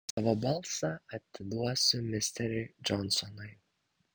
savo balsą atiduosiu misteriui džonsonui